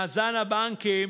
נכון.